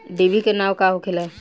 डिभी के नाव का होखेला?